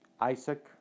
Isaac